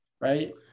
right